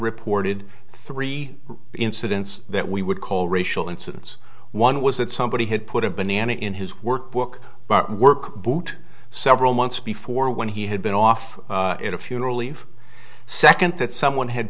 reported three incidents that we would call racial incidents one was that somebody had put a banana in his workbook work boot several months before when he had been off in a funeral leave second that someone had